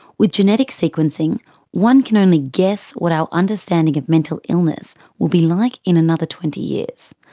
with genetic sequencing one can only guess what our understanding of mental illness will be like in another twenty years.